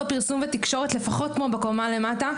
פרסום ותקשורת לפחות כמו בקומה למטה,